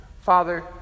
Father